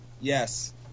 Yes